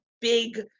big